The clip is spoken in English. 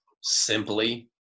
simply